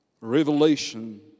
Revelation